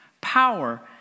Power